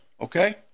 okay